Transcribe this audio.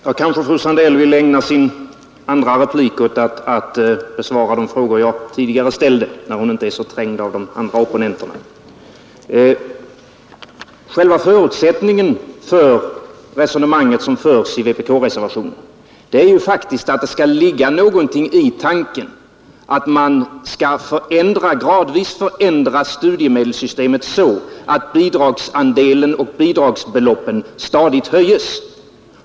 Fru talman! Fröken Sandell kanske vill ägna sin andra replik åt att besvara de frågor jag tidigare ställde, när hon inte är så trängd av de övriga opponenterna. Förutsättningen för det resonemang som förs i vpk-reservationen är att det skall ligga någonting i tanken att gradvis förändra studiemedelssystemet, så att bidragsandelen och bidragsbeloppet stadigt höjs.